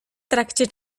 trakcie